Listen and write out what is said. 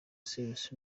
cyrus